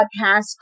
podcast